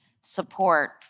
support